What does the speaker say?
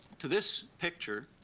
to this picture,